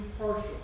impartial